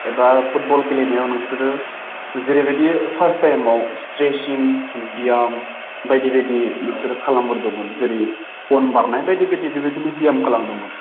एबा फुटबल गेलेनायाव नोंसोरो जेरैबायदि फार्स्त टाइमाव स्ट्रेसिं बियाम बायदि बायदि नोंसोर खालामबोदोंमोन जेरै खन बारनाय बायदि बायदि बेबायदिनो दिनो बियाम खालामबोदोंमोन